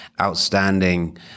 outstanding